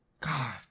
God